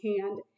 hand